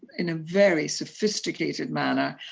in a very sophisticated manner,